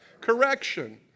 correction